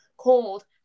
cold